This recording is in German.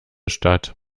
statt